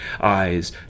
eyes